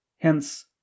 Hence